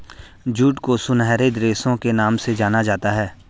jute को सुनहरे रेशे के नाम से जाना जाता है